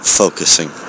focusing